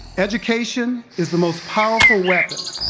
education is the most powerful weapon